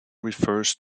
refers